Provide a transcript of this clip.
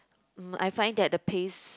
mm I find that the pace